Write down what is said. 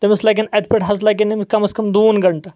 تٔمِس لگَن اتہِ پٮ۪ٹھ حظ لگَن تٔمِس کم از کم دوٗن گنٛٹہٕ